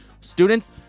Students